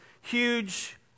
huge